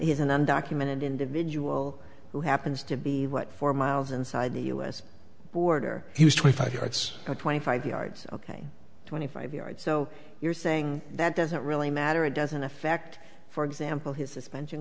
he's an undocumented individual who happens to be what four miles inside the u s border he was twenty five yards twenty five yards ok twenty five yards so you're saying that doesn't really matter it doesn't affect for example his suspension